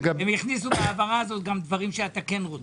הם הכניסו בהעברה הזאת גם דברים שאתה כן רוצה.